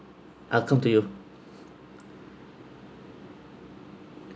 I'll come to you